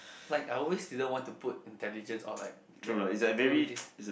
like I always didn't want to put intelligence or like capabilities